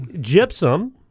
Gypsum